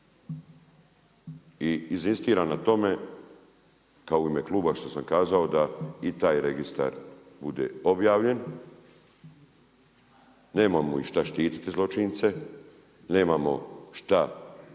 I inzistiram na tome, kao i u ime Kluba što sam kazao da i taj registar bude obavljen. Nemamo ih šta štititi zločince, nemamo šta